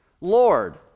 Lord